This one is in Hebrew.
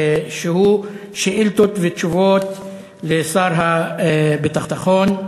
שהוא שאילתות ותשובות לשר הביטחון.